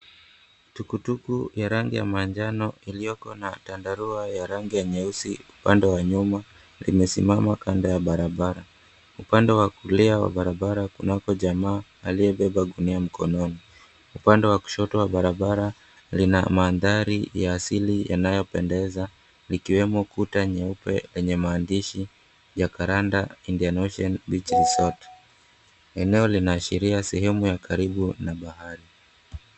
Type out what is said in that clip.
Tuktuk ya rangi ya manjano iliyoko na chandarua ya rangi ya nyeusi upande wa nyuma limesimama kando ya barabara. Upande wa kulia wa barabara kunako jamaa aliyebeba gunia mkononi. Upande wa kushoto wa barabara lina mandhari ya asili yanayopendeza ikiwemo kuta nyeupe yenye maandishi, JACARANDA INDIAN OCEAN BEACH RESORT. Eneo linaashiria sehemu ya karibu na bahari.